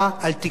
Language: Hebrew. האיפוק.